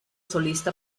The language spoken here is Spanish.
solista